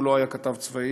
הוא לא היה כתב צבאי.